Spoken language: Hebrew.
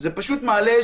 תודה רבה.